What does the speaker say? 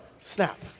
snap